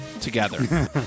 Together